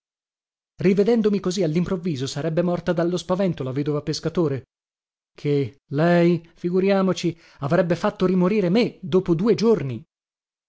rivedendomi così allimprovviso sarebbe morta dallo spavento la vedova pescatore che lei figuriamoci avrebbe fatto rimorire me dopo due giorni